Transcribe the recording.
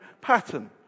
pattern